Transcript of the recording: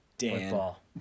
Football